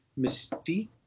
Mystique